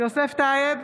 יוסף טייב,